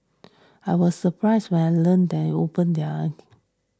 I was surprised when I learnt they open their